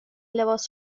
لباس